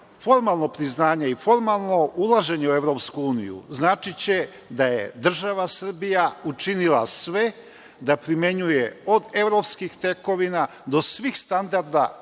EU.Formalno priznanje i formalno ulaženje u EU značiće da je država Srbija učinila sve da primenjuje od evropskih tekovina, do svih standarda